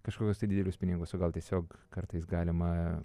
kažkokius tai didelius pinigus o gal tiesiog kartais galima